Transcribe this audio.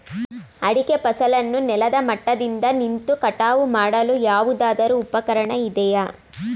ಅಡಿಕೆ ಫಸಲನ್ನು ನೆಲದ ಮಟ್ಟದಿಂದ ನಿಂತು ಕಟಾವು ಮಾಡಲು ಯಾವುದಾದರು ಉಪಕರಣ ಇದೆಯಾ?